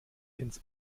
ins